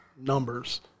numbers